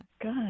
Good